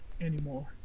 anymore